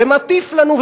ומטיף לנו,